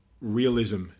realism